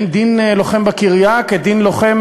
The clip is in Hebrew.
אין דין חייל בקריה כדין לוחם